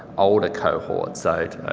older cohort. so,